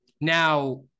Now